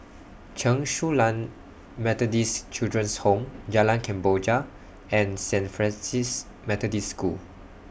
Chen Su Lan Methodist Children's Home Jalan Kemboja and Saint Francis Methodist School